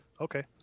okay